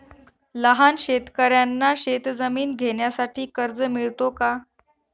लहान शेतकऱ्यांना शेतजमीन घेण्यासाठी कर्ज मिळतो का?